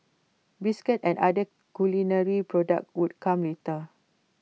biscuits and other culinary products would come later